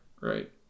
right